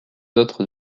autres